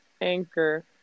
Anchor